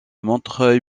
montreuil